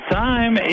time